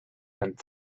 and